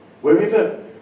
Wherever